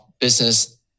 business